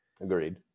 Agreed